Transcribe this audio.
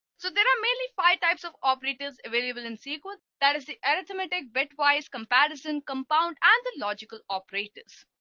so there are mainly five types of operatives available in sql. that is the arithmetic bit wise comparison compound and the logical operators.